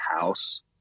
house